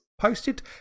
posted